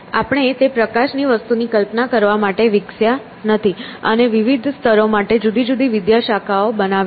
આપણે તે પ્રકારની વસ્તુની કલ્પના કરવા માટે વિકસ્યા નથી અને વિવિધ સ્તરો માટે જુદી જુદી વિદ્યાશાખાઓ બનાવી છે